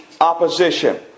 opposition